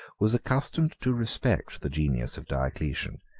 was accustomed to respect the genius of diocletian,